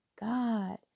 God